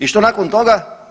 I što nakon toga?